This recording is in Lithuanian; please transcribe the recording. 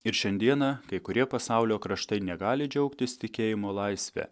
ir šiandieną kai kurie pasaulio kraštai negali džiaugtis tikėjimo laisve